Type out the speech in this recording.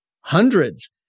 hundreds